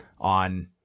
on